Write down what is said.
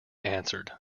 answered